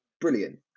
brilliant